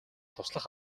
туслах